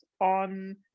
on